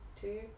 two